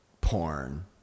porn